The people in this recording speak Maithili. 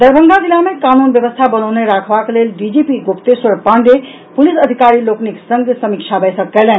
दरभंगा जिला मे कानून व्यवस्था बनौने रखबाक लेल डीजीपी गुप्तेश्वर पांडेय पुलिस अधिकारी लोकनिक संग समीक्षा बैसक कयलनि